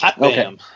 Okay